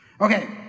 Okay